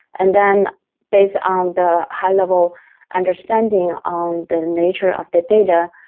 and then based on the high-level understanding on the nature of the data,